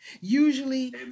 Usually